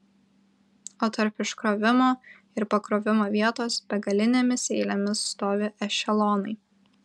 o tarp iškrovimo ir pakrovimo vietos begalinėmis eilėmis stovi ešelonai